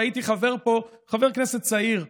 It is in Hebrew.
עוד כשהייתי פה חבר כנסת צעיר,